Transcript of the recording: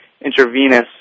intravenous